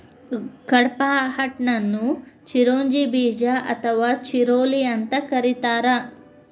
ಕಡ್ಪಾಹ್ನಟ್ ಅನ್ನು ಚಿರೋಂಜಿ ಬೇಜ ಅಥವಾ ಚಿರೋಲಿ ಅಂತ ಕರೇತಾರ